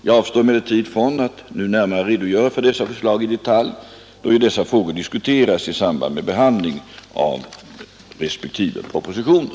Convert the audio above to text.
Jag avstår emellertid från att nu närmare redogöra för dessa förslag i detalj, då ju dessa frågor diskuteras i samband med behandlingen av respektive propositioner.